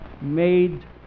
made